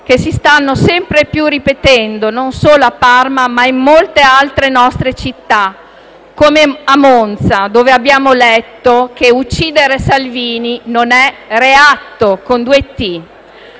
che si stanno sempre più ripetendo, non solo a Parma, ma in molte altre nostre città; come a Monza, dove abbiamo letto che «uccidere Salvini non è un reatto», con due «t».